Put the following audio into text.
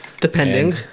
depending